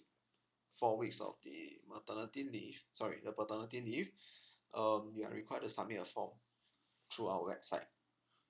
four weeks of the maternity leave sorry the paternity leave um you are required to submit a form through our website